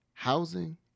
Housing